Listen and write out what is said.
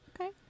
Okay